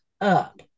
up